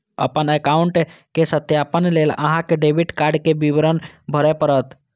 अपन एकाउंट केर सत्यापन लेल अहां कें डेबिट कार्ड के विवरण भरय पड़त